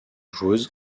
joueuses